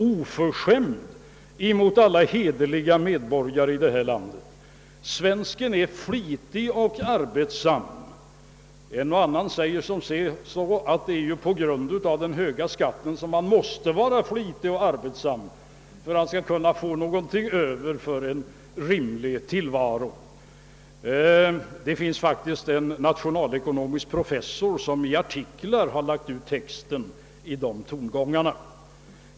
— oförskämd mot alla hederliga medborgare i detta land. Svensken är flitig och arbetsam. En och annan säger, att det är på grund av den höga skatten som han måste vara flitig och arbetsam för att få någonting över för en rimlig tillvaro. Det finns faktiskt en professor i nationalekonomi som i artiklar lagt ut texten i dessa tongångar.